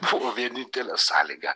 buvo vienintelė sąlyga